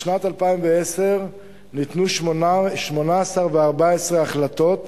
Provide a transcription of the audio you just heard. בשנת 2010 ניתנו 814 החלטות,